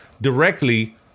directly